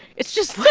it's just, like.